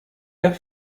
der